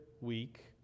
week